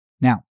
Now